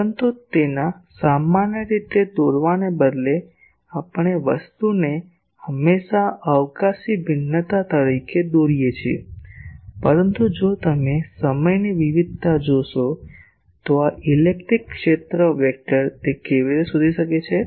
પરંતુ તેના સામાન્ય રીતે દોરવાને બદલે આપણે વસ્તુને હંમેશાં અવકાશી ભિન્નતા તરીકે દોરીએ છીએ પરંતુ જો તમે સમયની વિવિધતા જોશો તો આ ઇલેક્ટ્રિક ક્ષેત્ર સદિશ તે કેવી રીતે શોધી શકે છે